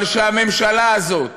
אבל שהממשלה הזאת